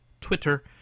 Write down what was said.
Twitter